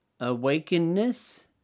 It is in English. awakenness